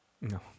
No